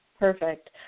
Perfect